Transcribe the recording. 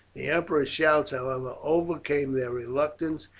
the emperor's shouts, however, overcame their reluctance,